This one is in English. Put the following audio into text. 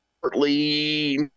partly